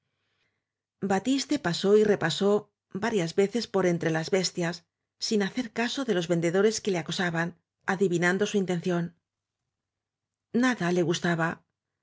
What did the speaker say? batiste pasó y repasó varias veces por entre las bestias sin hacer caso de los vende dores que le acosaban adivinando su intención nada le gustaba